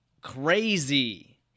crazy